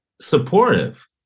supportive